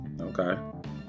Okay